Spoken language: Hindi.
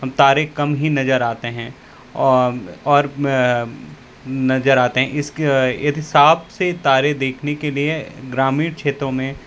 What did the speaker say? हम तारे कम ही नजर आते हैं और नजर आते हैं इस के साफ़ तारे देखने के लिए ग्रामीण क्षेत्रों में